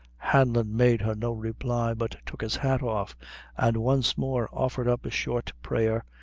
hanlon made her no reply, but took his hat off and once more offered up a short prayer,